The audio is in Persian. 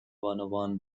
بانوان